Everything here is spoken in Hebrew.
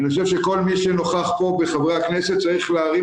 אני חושב שכל מי שנוכח פה מחברי הכנסת צריך להרים